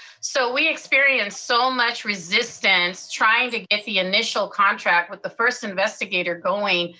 so we experienced so much resistance trying to get the initial contract with the first investigator going.